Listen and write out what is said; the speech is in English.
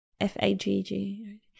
F-A-G-G